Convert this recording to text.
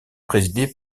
présidée